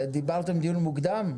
דיברתם דיון מוקדם?